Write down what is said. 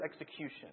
execution